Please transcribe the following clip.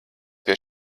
pie